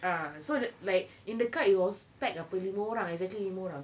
ah so th~ like in the car it was packed apa lima orang exactly lima orang